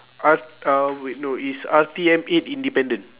R um wait no it's R_T_M eight independent